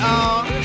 on